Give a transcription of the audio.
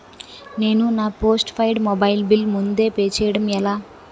నేను నా postpaid mobile bill ముందే పే చేయడం ఎలా?